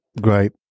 Great